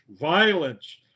violence